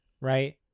right